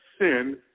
sin